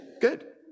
Good